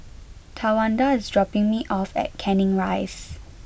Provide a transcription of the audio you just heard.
Tawanda is dropping me off at Canning Rise